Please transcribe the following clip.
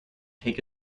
take